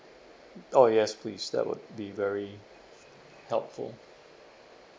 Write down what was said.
oh yes please that would be very helpful